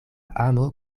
amo